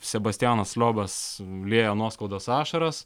sebastianas liobas liejo nuoskaudos ašaras